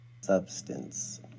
Substance